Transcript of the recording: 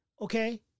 okay